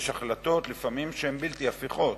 יש החלטות, לפעמים, שהן בלתי הפיכות,